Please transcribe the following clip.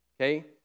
Okay